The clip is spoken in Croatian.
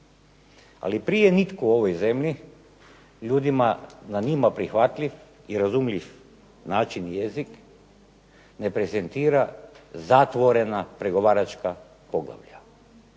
Ali, prije nitko u ovoj zemlji ljudima na njima prihvatljiv i razumljiv način i jezik ne prezentira zatvorena pregovaračka poglavlja.